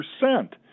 percent